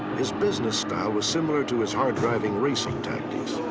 his business style was similar to his hard driving racing tactics.